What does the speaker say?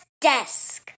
Desk